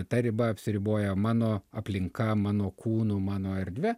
ta riba apsiriboja mano aplinka mano kūnu mano erdve